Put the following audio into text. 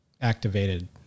activated